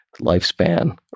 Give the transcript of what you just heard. lifespan